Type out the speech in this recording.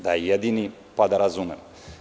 Da je jedini, pa da razumemo.